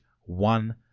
one